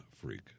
freak